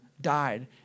died